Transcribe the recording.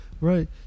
right